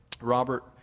Robert